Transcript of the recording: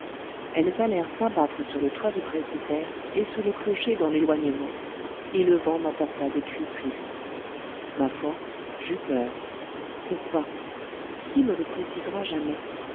elles allèrent s'abattre sur le toit du presbytère et sur le clocher dans l'éloignement et le vent m'apporta des cris tristes ma foi j'eus peur pourquoi qui me le précisera jamais